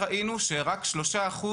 בדקנו על פני שנה וחצי וראינו שרק 3%